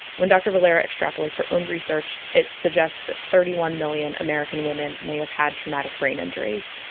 when dr. valera extrapolates her own research, it suggests that thirty one million american women may have had traumatic brain injuries.